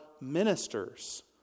ministers